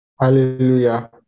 Hallelujah